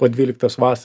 po dvyliktos vas